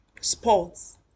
sports